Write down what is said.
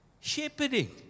shepherding